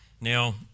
now